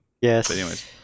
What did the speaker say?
Yes